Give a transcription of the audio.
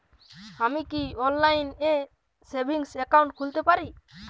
আমি কি অনলাইন এ সেভিংস অ্যাকাউন্ট খুলতে পারি?